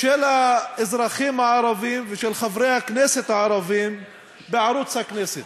של האזרחים הערבים ושל חברי הכנסת הערבים בערוץ הכנסת.